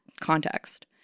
context